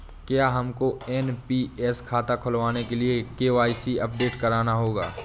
क्या हमको एन.पी.एस खाता खुलवाने के लिए भी के.वाई.सी अपडेट कराना होगा?